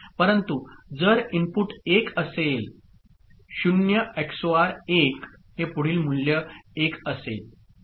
परंतु जर इनपुट 1 असेल 0 XOR 1 हे पुढील मूल्य 1 असेल ठीक आहे